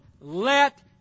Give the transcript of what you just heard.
let